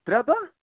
ترٛےٚ دۄہ